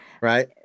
Right